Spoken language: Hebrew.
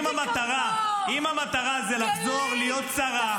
רון כץ (יש עתיד): ואם המטרה זה לחזור להיות שרה -- גלית,